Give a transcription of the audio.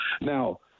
Now